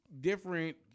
different